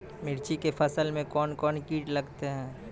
मिर्ची के फसल मे कौन कौन कीट लगते हैं?